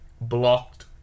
blocked